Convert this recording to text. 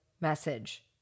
message